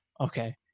okay